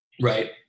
Right